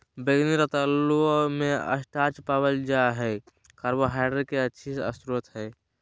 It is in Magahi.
बैंगनी रतालू मे स्टार्च पावल जा हय कार्बोहाइड्रेट के अच्छा स्रोत हय